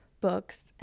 books